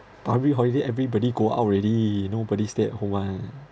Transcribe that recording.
public holiday everybody go out already nobody stay at home [one]